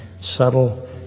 subtle